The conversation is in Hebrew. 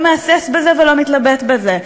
לא מהסס בזה ולא מתלבט בזה.